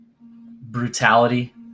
brutality